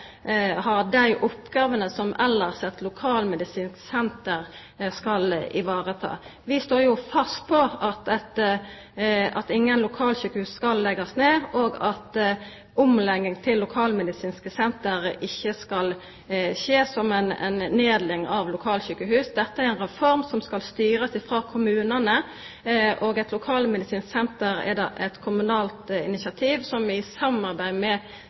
ha dei oppgåvene som elles eit lokalmedisinsk senter skal vareta. Vi står fast på at ingen lokalsjukehus skal leggjast ned, og at omlegging til lokalmedisinske senter ikkje skal skje ved nedlegging av lokalsjukehus. Dette er ei reform som skal styrast frå kommunane, og eit lokalmedisinsk senter er eit kommunalt initiativ som ein i samarbeid med